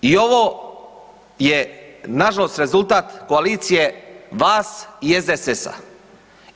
I ovo je na žalost rezultat koalicije vas i SDSS-a.